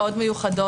מאוד מיוחדות,